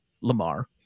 Lamar